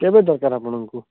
କେବେ ଦରକାର ଆପଣଙ୍କୁ